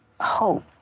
hope